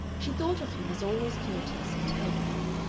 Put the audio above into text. she thought of him as always courteous and helpful,